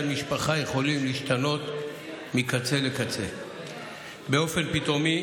משפחה יכולים להשתנות מקצה לקצה באופן פתאומי,